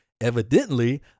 evidently